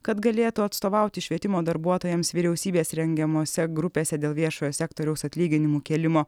kad galėtų atstovauti švietimo darbuotojams vyriausybės rengiamose grupėse dėl viešojo sektoriaus atlyginimų kėlimo